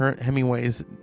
Hemingway's